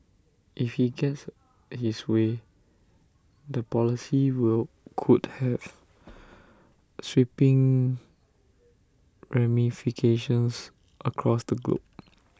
if he gets his way the policy will could have sweeping ramifications across the globe